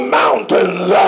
mountains